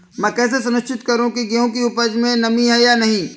मैं कैसे सुनिश्चित करूँ की गेहूँ की उपज में नमी है या नहीं?